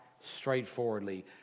straightforwardly